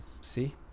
see